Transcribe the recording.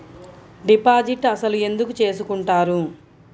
Deposit అసలు ఎందుకు చేసుకుంటారు?